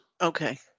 Okay